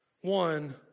one